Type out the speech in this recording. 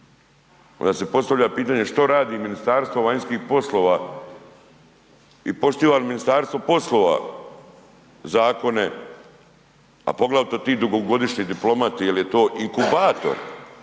onda se postavlja pitanje što radi Ministarstvo vanjskih poslova i poštiva li ministarstvo poslova zakone, a poglavito ti dugogodišnji diplomati jer je to inkubator